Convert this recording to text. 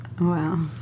Wow